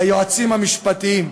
ליועצים המשפטיים,